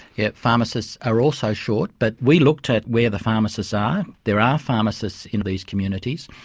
yeah pharmacists are also short, but we looked at where the pharmacists are. there are pharmacists in these communities.